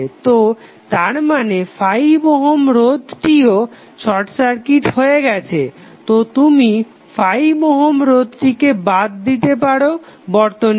তো তার মানে 5 ওহম রোধটিও শর্ট সার্কিট হয়ে গেছে তো তুমি 5 ওহম রোধটিকে বাদ দিতে পারো বর্তনী থেকে